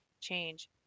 change